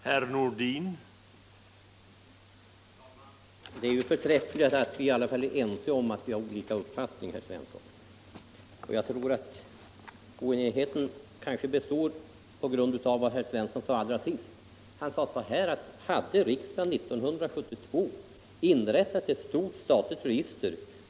Herr talman! Det är förträffligt att vi i alla fall är ense om att vi har olika uppfattningar! Oenigheten kanske beror på vad herr Svensson i Eskilstuna sade allra sist. Han förklarade att vi i dag inte skulle ha haft några bekymmer, om riksdagen 1972 beslutat om ett stort statligt register.